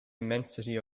immensity